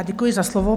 Děkuji za slovo.